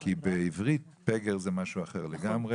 כי בעברית פגר זה משהו אחר לגמרי.